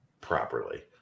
properly